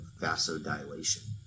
vasodilation